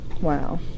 Wow